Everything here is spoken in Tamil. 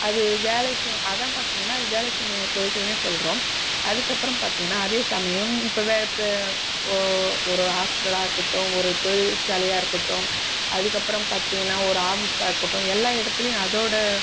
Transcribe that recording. அது வேலை சு அதான் பார்த்தீங்கன்னா அது வேலை சுமையை குறைக்குதுன்னே சொல்கிறோம் அதுக்கு அப்புறம் பார்த்தீங்கன்னா அதே சமயம் இப்போவே இப்போ ஒ ஒரு ஹாஸ்பிட்டலாக இருக்கட்டும் ஒரு தொழிற்சாலையாக இருக்கட்டும் அதுக்கு அப்புறம் பார்த்தீங்கன்னா ஒரு ஆபீஸ்சாக இருக்கட்டும் எல்லா இடத்துலையும் அதோட